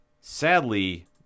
Sadly